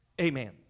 Amen